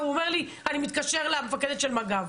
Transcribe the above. הוא אומר לי, אני מתקשר למפקדת של מג"ב.